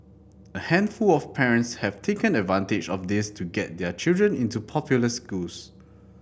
a handful of parents have taken advantage of this to get their children into popular schools